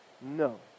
No